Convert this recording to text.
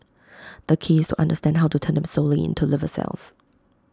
the key is understand how to turn them solely into liver cells